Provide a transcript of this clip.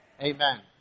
Amen